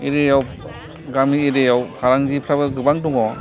एरियाआव गामि एरियाआव फालांगिफ्राबो गोबां दङ